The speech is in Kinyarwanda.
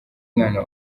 mwana